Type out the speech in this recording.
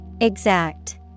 Exact